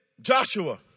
Joshua